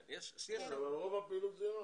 כן, אבל רוב הפעילות זה ער"ן.